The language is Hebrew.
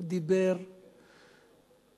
הוא דיבר מבפנים,